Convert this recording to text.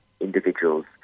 individuals